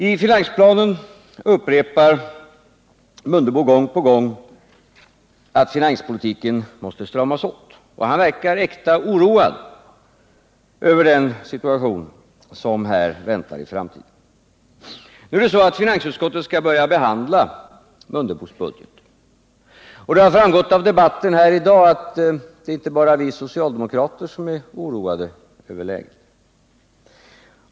I finansplanen upprepar statsrådet Mundebo gång på gång att finanspolitiken måste stramas åt, och han verkar riktigt oroad över den situation som väntar i framtiden på detta område. Finansutskottet skall nu börja behandla herr Mundebos budget, och det har framgått av debatten här i dag att det inte bara är vi socialdemokrater och herr Mundebo som är oroade över läget.